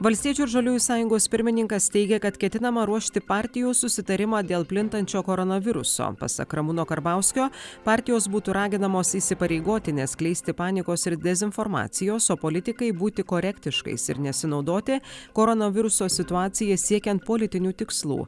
valstiečių ir žaliųjų sąjungos pirmininkas teigia kad ketinama ruošti partijų susitarimą dėl plintančio koronaviruso pasak ramūno karbauskio partijos būtų raginamos įsipareigoti neskleisti panikos ir dezinformacijos o politikai būti korektiškais ir nesinaudoti koronaviruso situacija siekiant politinių tikslų